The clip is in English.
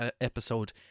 episode